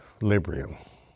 Librium